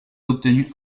obtenue